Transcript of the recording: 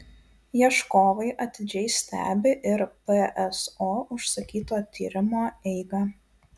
ieškovai atidžiai stebi ir pso užsakyto tyrimo eigą